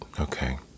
okay